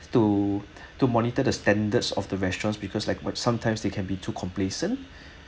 to to monitor the standards of the restaurants because like but sometimes they can be too complacent